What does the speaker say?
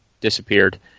disappeared